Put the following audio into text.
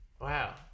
Wow